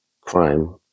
crime